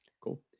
Cool